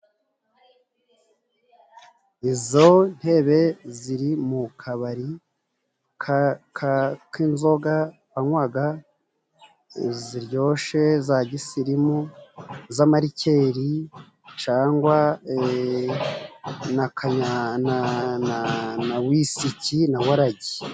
Izo ntebe ziri mu kabari k'inzoga, banywaga ziryoshe za gisirimu, z'amarikeri cangwa na kanya...na na na wisiki na warage.